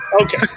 Okay